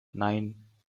nine